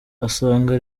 asanga